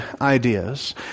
ideas